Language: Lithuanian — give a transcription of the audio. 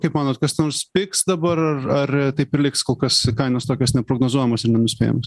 kaip manot kas nors pigs dabar ar taip ir liks kol kas kainos tokios neprognozuojamos ir nenuspėjamos